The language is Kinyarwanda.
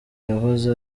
yahoze